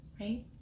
right